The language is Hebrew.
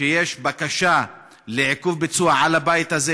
שיש בקשה לעיכוב ביצוע על הבית הזה,